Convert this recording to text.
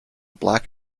black